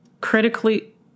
critically